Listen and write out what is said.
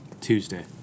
Tuesday